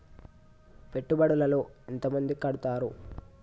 పెట్టుబడుల లో ఎంత మంది కడుతరు?